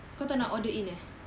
kau tak nak order in eh